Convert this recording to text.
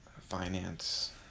finance